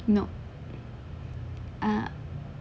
nope uh